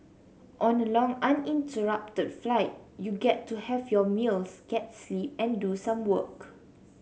on a long uninterrupted flight you get to have your meals get sleep and do some work